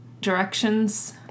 directions